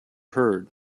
heard